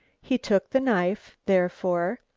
he took the knife, therefore,